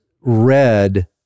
read